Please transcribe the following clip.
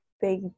big